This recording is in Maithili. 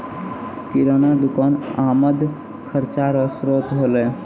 किराना दुकान आमद खर्चा रो श्रोत होलै